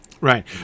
Right